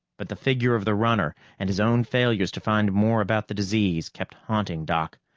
but the figure of the runner and his own failures to find more about the disease kept haunting doc.